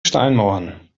steinmauern